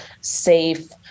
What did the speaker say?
safe